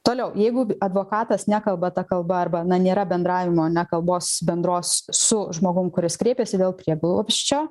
toliau jeigu advokatas nekalba ta kalba arba na nėra bendravimo ne kalbos bendros su žmogum kuris kreipėsi dėl prieglobsčio